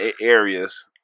areas